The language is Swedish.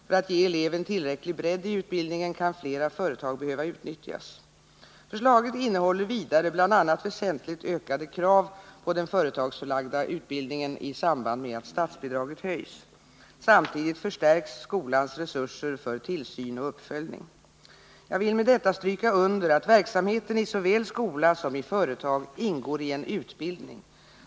För att ge eleven tillräcklig bredd i utbildningen kan flera företag behöva utnyttjas. Förslaget innehåller vidare bl.a. väsentligt ökade krav på den företagsförlagda utbildningen i samband med att statsbidraget höjs. Samtidigt förstärks skolans resurser för tillsyn och uppföljning. Jag vill med detta stryka under att verksamheten i såväl skola som företag ingår i en utbildning.